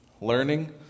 Learning